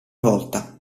volta